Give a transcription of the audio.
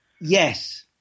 Yes